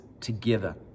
together